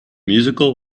musical